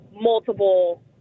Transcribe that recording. multiple